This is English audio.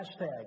Hashtag